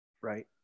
Right